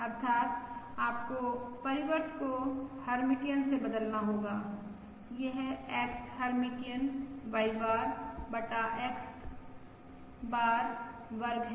अर्थात् आपको परिवर्त को हर्मिटियन से बदलना होगा यह X हर्मिटियन Y बार बटा नॉर्म X बार वर्ग है